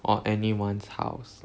or anyone's house